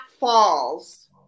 falls